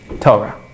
Torah